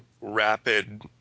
rapid